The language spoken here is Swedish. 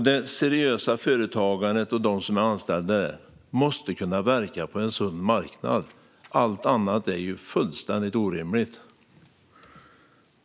Det seriösa företagandet och de som är anställda där måste kunna verka på en sund marknad. Allt annat är fullständigt orimligt.